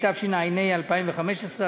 התשע"ה 2015,